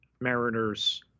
Mariner's